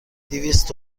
دویست